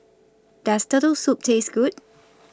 Does Turtle Soup Taste Good